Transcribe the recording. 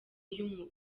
iyo